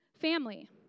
family